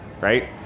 right